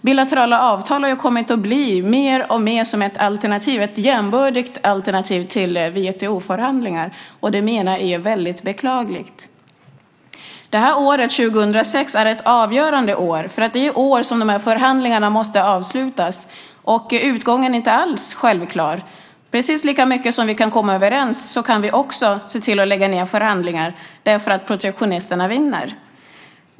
Bilaterala avtal har mer och mer kommit att bli ett jämbördigt alternativ till WTO-förhandlingar, och det menar jag är väldigt beklagligt. Det här året, 2006, är ett avgörande år, för det är det år då de här förhandlingarna måste avslutas, och utgången är inte alls självklar. I precis lika hög grad som vi kan komma överens så kan vi också se till att lägga ned förhandlingar därför att protektionisterna vinner.